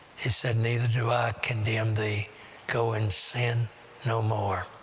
he said, neither do i condemn thee go, and sin no more.